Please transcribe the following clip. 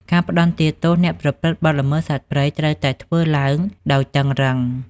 ការផ្តន្ទាទោសអ្នកប្រព្រឹត្តបទល្មើសសត្វព្រៃត្រូវតែធ្វើឡើងដោយតឹងរ៉ឹង។